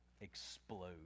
explode